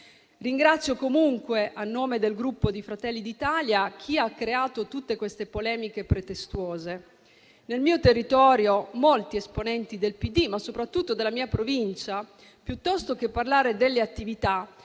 Ringrazio comunque, a nome del Gruppo Fratelli d'Italia, chi ha creato tutte queste polemiche pretestuose. Nel mio territorio, molti esponenti del PD, soprattutto nella mia provincia, piuttosto che parlare delle attività,